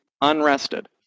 unrested